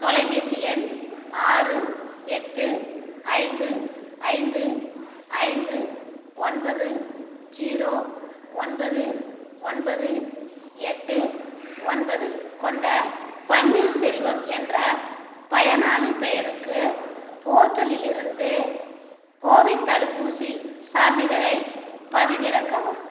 தொலைபேசி எண் ஆறு எட்டு ஐந்து ஐந்து ஐந்து ஒன்பது ஜீரோ ஒன்பது ஒன்பது எட்டு ஒன்பது கொண்ட பன்னீர் செல்வம் என்ற பயனாளி பேருக்கு போர்ட்டலில்லிருந்து கோவிட் தடுப்பூசி சான்றிதழை பதிவிறக்கவும்